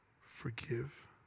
forgive